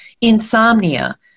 insomnia